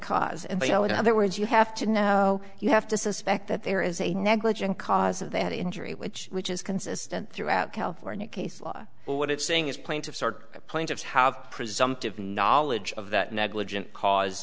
it other words you have to know you have to suspect that there is a negligent cause of the head injury which which is consistent throughout california case law but what it's saying is plaintiff sort of plaintiffs have presumptive knowledge of that negligent cause